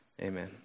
Amen